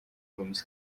vamos